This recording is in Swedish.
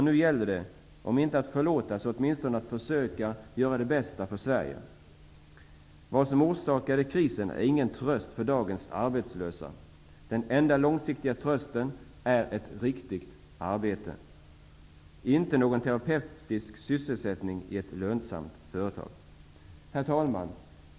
Nu gäller det om inte att förlåta så åtminstone att försöka göra det bästa möjliga för Sverige. Att höra vad som orsakade krisen är ingen tröst för dagens arbetslösa. Den enda långsiktiga trösten är ett riktigt arbete, inte någon terapeutisk sysselsättning i ett lönsamt företag. Herr talman!